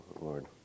Lord